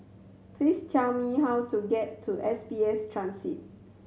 please tell me how to get to S B S Transit